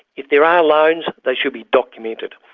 if there are loans, they should be documented.